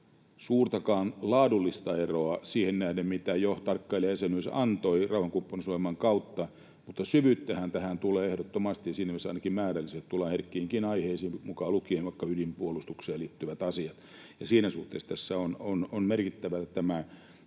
suurtakaan laadullista eroa siihen nähden, mitä jo tarkkailijajäsenyys antoi rauhankumppanuusohjelman kautta, mutta syvyyttähän tähän tulee ehdottomasti, ja siinä mielessä ainakin määrällisesti tullaan herkkiinkin aiheisiin mukaan lukien vaikka ydinpuolustukseen liittyvät asiat. Siinä suhteessa tässä on merkittävää,